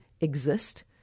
exist